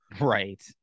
right